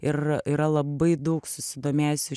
ir ir yra labai daug susidomėjusių